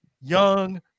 young